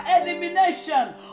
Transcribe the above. elimination